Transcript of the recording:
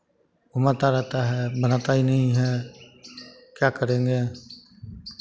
घुमाता रहता है बनाता ही नहीं है क्या करेंगे